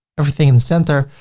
everything in the center,